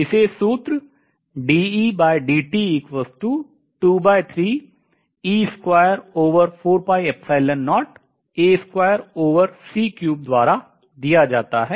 इसे सूत्र द्वारा दिया जाता है